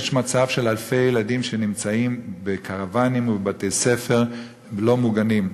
יש מצב של אלפי ילדים שנמצאים בקרוונים ובבתי-ספר לא מוגנים,